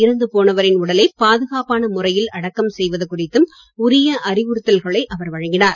இறந்து போனவரின் உடலை பாதுகாப்பான முறையில் அடக்கம் செய்வது குறித்தும் உரிய அறிவுறுத்தல்களை அவர் வழங்கினார்